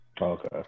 Okay